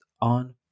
on